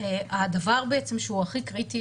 הדבר שהוא הכי קריטי,